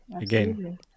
again